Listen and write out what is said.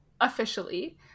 officially